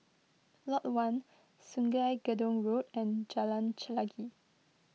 Lot one Sungei Gedong Road and Jalan Chelagi